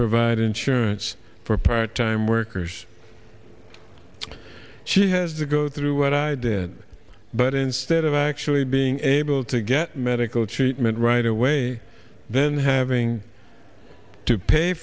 provide insurance for part time workers she has to go through what i did but instead of actually being able to get medical treatment right away then having to pay